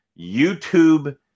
YouTube